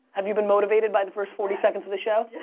have you been motivated by the first forty seconds of the show?